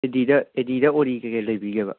ꯑꯦꯗꯤꯗ ꯑꯦꯗꯤꯗ ꯑꯣꯔꯤ ꯀꯩꯀꯩ ꯂꯩꯕꯤꯒꯦꯕ